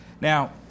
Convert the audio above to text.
Now